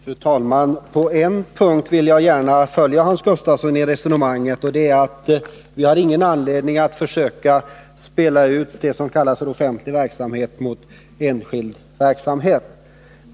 Fru talman! På en punkt vill jag gärna följa Hans Gustafsson i resonemanget, och det är att vi inte har någon anledning att spela ut det som kallas offentlig verksamhet mot enskild verksamhet.